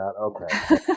Okay